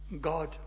God